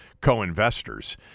co-investors